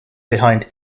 behind